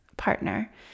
partner